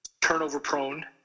turnover-prone